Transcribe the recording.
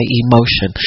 emotion